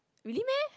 really meh